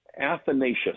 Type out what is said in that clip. Athanasius